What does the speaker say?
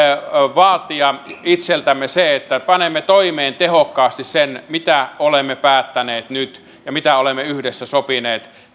vaatia itseltämme se että panemme toimeen tehokkaasti sen mitä olemme päättäneet nyt ja mitä olemme yhdessä sopineet